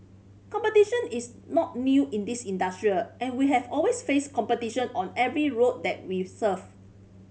competition is not new in this industry and we have always faced competition on every route that we serve